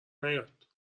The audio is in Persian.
نیاد